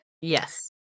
Yes